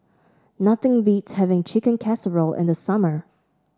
nothing beats having Chicken Casserole in the summer